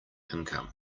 income